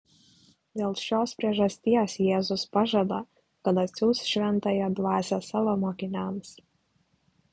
dėl šios priežasties jėzus pažada kad atsiųs šventąją dvasią savo mokiniams